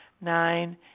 Nine